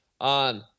on